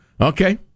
Okay